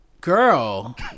girl